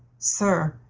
sir,